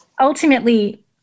ultimately